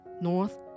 north